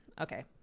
okay